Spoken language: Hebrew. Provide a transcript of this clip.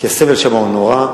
כי הסבל שם הוא נורא.